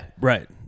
Right